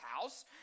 house